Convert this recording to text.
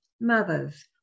Mothers